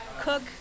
cook